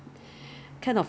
orh